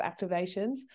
activations